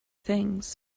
things